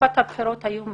בתקופת הבחירות היו לחצים.